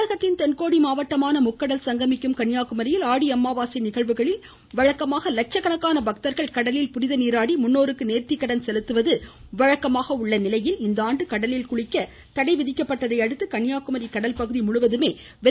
தமிழகத்தின் தென்கோடி மாவட்டமான முக்கடல் சங்கமிக்கும் கன்னியாகுமரியில் ஆடி அமாவாசை நிகழ்வுகளில் வழக்கமாக லட்சக்கணக்கான பக்தர்கள் கடலில் புனிதநீராடி முன்னோர்களுக்கு நேர்த்தி செலுத்துவது வழக்கமாக உள்ள நிலையில் இந்த ஆண்டு கடலில் குளிக்க தடை விதிக்கப்பட்டதை அடுத்து கன்னியாகுமரி கடல்பகுதி முழுவதுமே வெறிச்சோடி காணப்படுகிறது